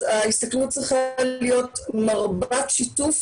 ההסתכלות צריכה להיות מרובת שיתוף